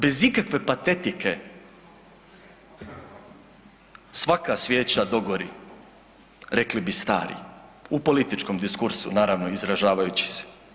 Bez ikakve patetike „svaka svijeća dogori“, rekli bi stari u političkom diskursu naravno izražavajući se.